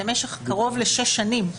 במשך קרוב לשש שנים,